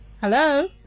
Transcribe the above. hello